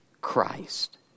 Christ